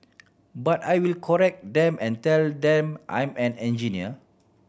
but I will correct them and tell them I'm an engineer